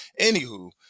anywho